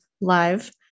live